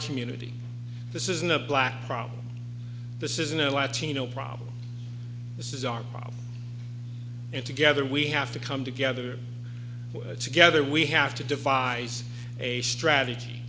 community this isn't a black problem this isn't a latino problem this is our problem and together we have to come together together we have to devise a strategy